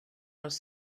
els